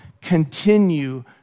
continue